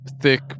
thick